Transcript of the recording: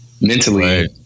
mentally